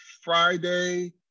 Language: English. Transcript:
Friday